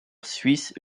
suisse